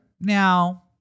Now